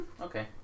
Okay